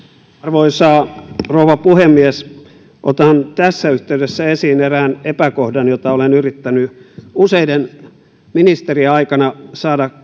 arvoisa rouva puhemies otan tässä yhteydessä esiin erään epäkohdan jota olen yrittänyt useiden ministerien aikana saada